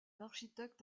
architecte